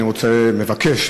אני רוצה לבקש,